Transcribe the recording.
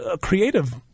creative